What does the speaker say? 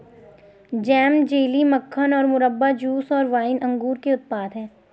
jam, jelly, मक्खन और मुरब्बा, जूस और वाइन अंगूर के उत्पाद हैं